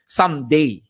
someday